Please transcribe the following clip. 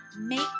make